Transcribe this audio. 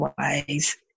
ways